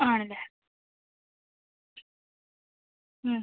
ആണല്ലേ മ്